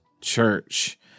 church